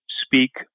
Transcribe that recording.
speak